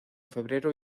febrero